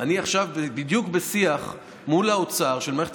שאני עכשיו בדיוק בשיח מול האוצר של מערכת